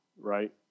right